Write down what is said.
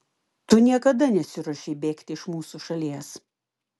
tu niekada nesiruošei bėgti iš mūsų šalies